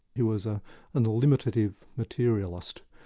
he was a and elimitative materialist,